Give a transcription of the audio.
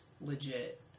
legit